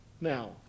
now